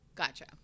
Gotcha